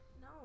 No